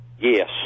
Yes